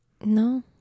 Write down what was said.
No